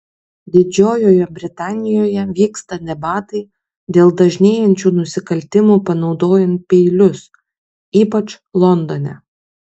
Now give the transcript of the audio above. didžiojoje britanijoje vyksta debatai dėl dažnėjančių nusikaltimų panaudojant peilius ypač londone